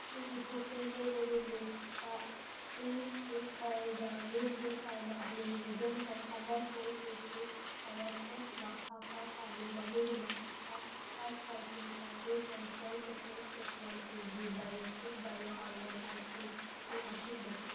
ꯑꯩꯒꯤ ꯄꯣꯠ ꯆꯩ ꯂꯩꯕꯒꯤ list three piece origami good karma neem wooden comb ꯑꯃꯁꯨꯡ ꯇꯨ ꯄꯤꯁ ꯀꯋꯥꯁ ꯐꯦꯁ ꯃꯥꯛꯁ ꯍꯥꯞꯄ ꯄꯥꯝꯃꯤ ꯃꯗꯨꯒꯤ ꯃꯇꯨꯡꯗ five cartons Harvest and sons chocolate set one k g Biotique bio almond ice ꯀ꯭ꯔꯤꯝꯁꯨ ꯍꯥꯞꯆꯤꯜꯂꯨ